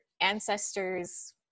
ancestors